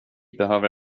behöver